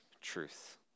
truth